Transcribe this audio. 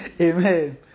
Amen